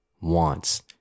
wants